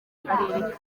karere